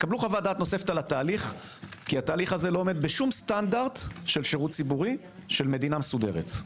כי התהליך הזה לא עומד בשום סטנדרט של שירות ציבורי של מדינה מסודרת.